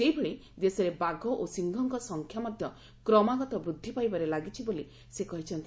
ସେହିଭଳି ଦେଶରେ ବାଘ ଓ ସିଂହଙ୍କ ସଂଖ୍ୟା ମଧ୍ୟ କ୍ରମାଗତ ବୃଦ୍ଧି ପାଇବାରେ ଲାଗିଛି ବୋଲି ସେ କହିଛନ୍ତି